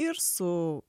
ir su